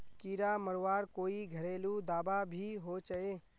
कीड़ा मरवार कोई घरेलू दाबा भी होचए?